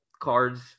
cards